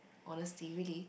honesty really